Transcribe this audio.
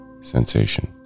sensation